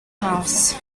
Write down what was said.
house